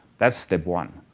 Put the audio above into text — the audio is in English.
that's step one.